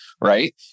right